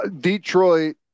Detroit